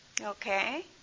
Okay